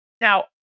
now